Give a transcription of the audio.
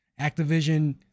Activision